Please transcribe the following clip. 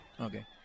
Okay